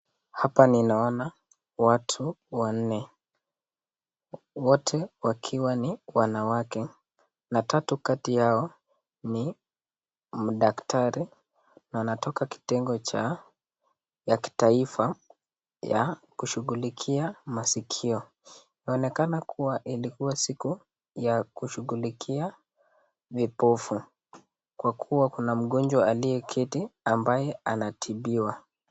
Hapa ninaona watu wanne. Wote wakiwa ni wanawake na tatu kati yao ni mdaktari, na wanatoka kitengo cha kitaifa, ya kushugulikia maskio. Inaonekana kuwa ilikuwa siku ya kushugulikia vipofu kwa kuwa kuna mgonjwa ambaye anatibiwa.